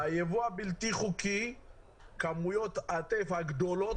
ביבוא הבלתי חוקי כמויות הטף הגדולות